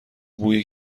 بوی